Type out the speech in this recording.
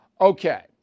Okay